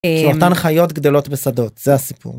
אותן החיות גדולות בשדות זה הסיפור.